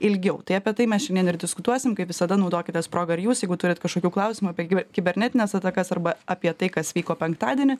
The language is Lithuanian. ilgiau tai apie tai mes šiandien ir diskutuosim kaip visada naudokitės proga ir jūs jeigu turit kažkokių klausimų apie kibernetines atakas arba apie tai kas vyko penktadienį